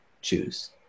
choose